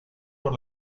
por